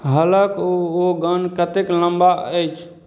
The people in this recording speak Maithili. हलक ओगन कतेक लम्बा अछि